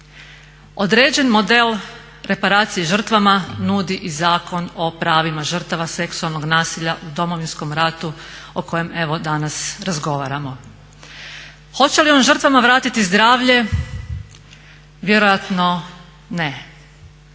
Određen model reparacije žrtvama nudi i Zakon o pravima žrtava seksualnog nasilja u Domovinskom ratu o kojem evo danas razgovaramo. Hoće li on žrtvama vratiti zdravlje? Vjerojatno ne.